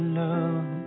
love